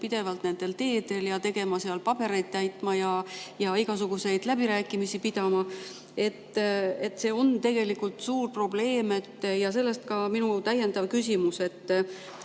pidevalt nendel teedel ja seal pabereid täitma ja igasuguseid läbirääkimisi pidama. See on tegelikult suur probleem ja sellest ka minu täiendav küsimus.